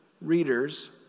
readers